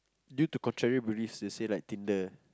due to contrary beliefs they say like Tinder